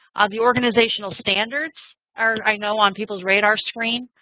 ah the organizational standards are i know on people's radar screen.